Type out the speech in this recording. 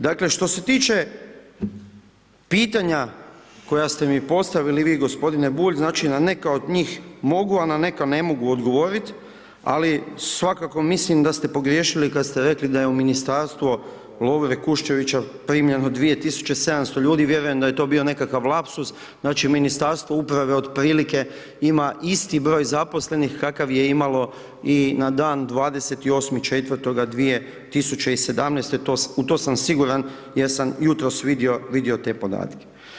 Dakle što se tiče pitanja koja ste mi postavili vi gospodine Bulj, znači na neka od njih mogu a na neka ne mogu odgovoriti ali svakako mislim da ste pogriješili kada ste rekli da je u Ministarstvo Lovre Kuščevića primljeno 2 tisuće 700 ljudi, vjerujem da je to bio nekakav lapsus, znači Ministarstvo uprave otprilike ima isti broj zaposlenih kakav je imalo i na dan 28.4.2017., u tom sam siguran jer sam jutros vidio te podatke.